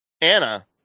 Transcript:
Anna